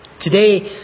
today